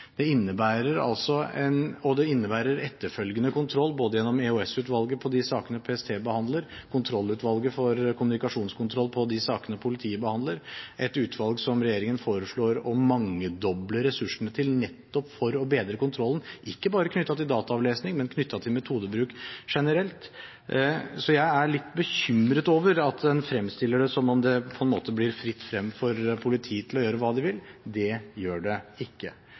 innebærer underretningsplikt, og det innebærer etterfølgende kontroll, både gjennom EOS-utvalget på de sakene PST behandler, og gjennom Kontrollutvalget for kommunikasjonskontroll på de sakene politiet behandler – et utvalg som regjeringen foreslår å mangedoble ressursene til nettopp for å bedre kontrollen ikke bare knyttet til dataavlesing, men knyttet til metodebruk generelt. Så jeg er litt bekymret over at en fremstiller det som om det på en måte blir fritt frem for politiet å gjøre hva de vil. Det gjør det ikke,